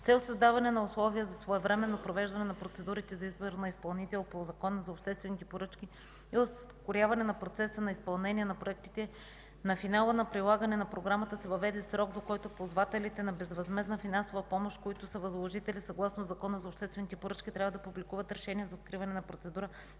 цел създаване на условия за своевременно провеждане на процедурите за избор на изпълнител по Закона за обществените поръчки е ускоряването на процеса на изпълнение на проектите. На финала на прилагане на Програмата се въведе срок, до който ползвателите на безвъзмездна финансова помощ, които са възложители съгласно Закона за обществените поръчки, трябва да публикуват решение за откриване на процедура